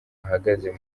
uhagaze